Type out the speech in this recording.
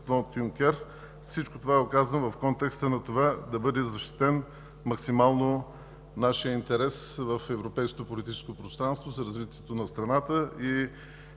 Юнкер. Всичко това го казвам в контекста да бъде защитен максимално нашият интерес в европейското политическо пространство за развитието на страната и